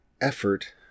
effort